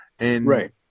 Right